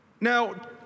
Now